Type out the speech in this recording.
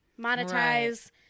monetize